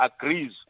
agrees